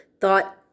thought